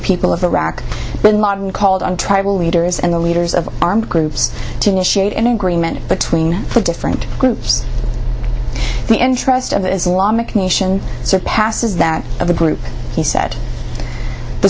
people of iraq called on tribal leaders and the leaders of armed groups to initiate an agreement between the different groups the interest of islamic nation surpasses that of the group he said the